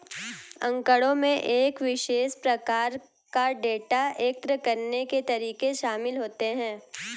आँकड़ों में एक विशेष प्रकार का डेटा एकत्र करने के तरीके शामिल होते हैं